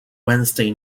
wednesday